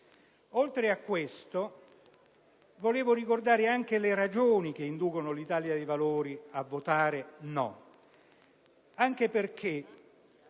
Oltre a ciò, vorrei ricordare anche le ragioni che inducono l'Italia dei valori a votare